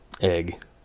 Egg